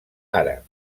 àrab